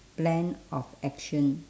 plan of action